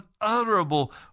unutterable